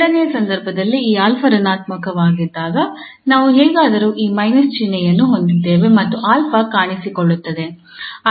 ಎರಡನೆಯ ಸಂದರ್ಭದಲ್ಲಿ ಈ 𝑎 ಋಣಾತ್ಮಕವಾಗಿದ್ದಾಗ ನಾವು ಹೇಗಾದರೂ ಈ ಮೈನಸ್ ಚಿಹ್ನೆಯನ್ನು ಹೊಂದಿದ್ದೇವೆ ಮತ್ತು 𝑎 ಕಾಣಿಸಿಕೊಳ್ಳುತ್ತದೆ